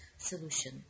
solution